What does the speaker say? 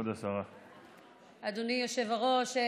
אדוני היושב-ראש,